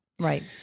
Right